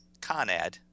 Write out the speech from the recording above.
Conad